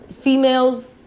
females